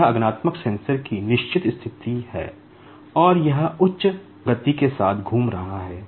तो यह inductive sensor में आ रही है